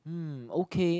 hmm okay